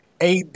AD